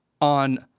on